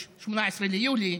על בחירות מוקדמות,